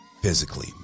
Physically